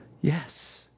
Yes